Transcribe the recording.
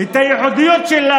זוהי זכותו.